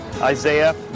Isaiah